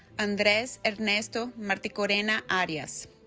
andres ernesto marticorena arias